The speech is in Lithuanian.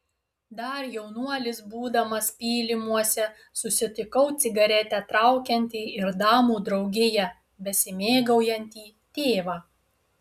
dar jaunuolis būdamas pylimuose susitikau cigaretę traukiantį ir damų draugija besimėgaujantį tėvą